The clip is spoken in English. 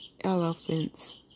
elephants